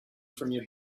getting